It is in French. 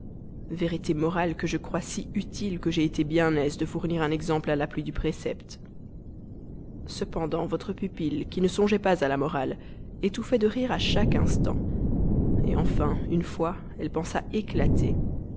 vérité morale que je crois si utile que j'ai été bien aise de fournir un exemple à l'appui du précepte cependant votre pupille qui ne songeait pas à la morale étouffait de rire à chaque instant enfin une fois elle pensa éclater